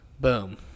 Boom